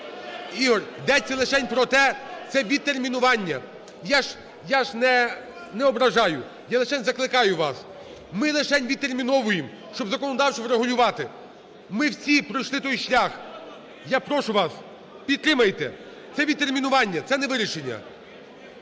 Ігор, йдеться лише про те, це відтермінування. Я ж не ображаю. Я лишень закликаю вас. Ми лишень відтерміновуємо, щоб законодавчо врегулювати. Ми всі пройшли той шлях. Я прошу вас, підтримайте. Це відтермінування, це не вирішення.